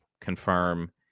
confirm